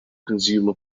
consumer